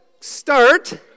start